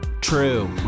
true